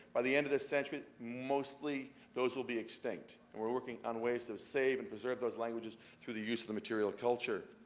by the end of this century, mostly those will be extinct, and we're working on ways to save and preserve those languages through the use of the material culture.